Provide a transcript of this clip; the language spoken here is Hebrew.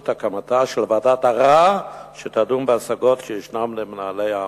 הקמתה של ועדת ערר שתדון בהשגות שיש למנהלי העמותות.